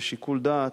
בשיקול דעת,